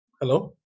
hello